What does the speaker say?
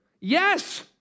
Yes